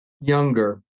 younger